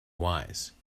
wise